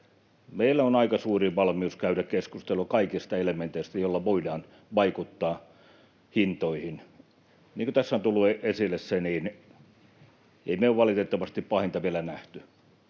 Meillä on aika suuri valmius käydä keskustelua kaikista elementeistä, joilla voidaan vaikuttaa hintoihin. Niin kuin tässä on tullut esille, ei me olla valitettavasti pahinta vielä nähty.